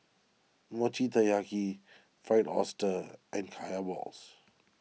Mochi Taiyaki Fried Oyster and Kaya Balls